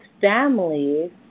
families